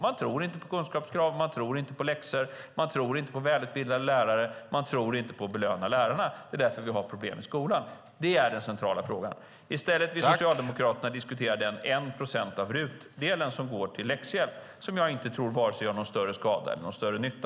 Man tror inte på kunskapskrav, man tror inte på läxor, man tror inte på välutbildade lärare, och man tror inte på att belöna lärarna. Det är därför vi har problem i skolan. Det är den centrala frågan. Socialdemokraterna vill i stället diskutera den del av RUT på 1 procent som går till läxhjälp och som jag inte tror gör vare sig någon större skada eller någon större nytta.